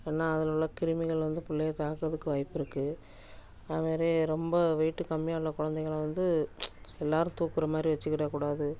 ஏன்னா அதில் உள்ள கிருமிகள் வந்து பிள்ளைய தாக்கிறதுக்கு வாய்ப்பு இருக்குது அதுமாரி ரொம்ப வெயிட்டு கம்மியாக உள்ள குழந்தைங்கள வந்து எல்லோரும் தூக்கிற மாதிரி வச்சிக்கிடக்கூடாது